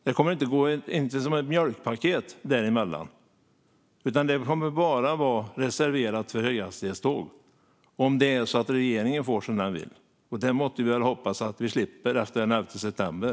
Det kommer inte att gå ett mjölkpaket däremellan, utan det kommer bara att vara reserverat för höghastighetståg om regeringen får som den vill. Och det får vi hoppas att vi slipper efter den 11 september.